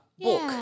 book